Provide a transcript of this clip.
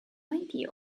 ninety